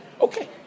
okay